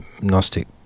Gnostic